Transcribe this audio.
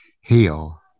heal